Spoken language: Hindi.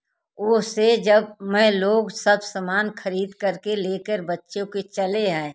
वह से जब मैं लोग सब सामान खरीद करके लेकर बच्चों को चले आए